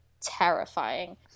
terrifying